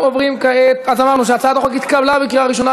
אז אמרנו שהצעת החוק התקבלה בקריאה ראשונה,